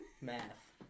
Math